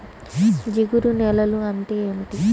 జిగురు నేలలు అంటే ఏమిటీ?